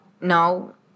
No